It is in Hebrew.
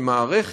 כמערכת,